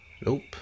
Nope